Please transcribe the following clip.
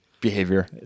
behavior